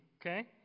okay